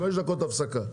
חמש דקות הפסקה.